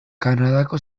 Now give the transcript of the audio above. kanadako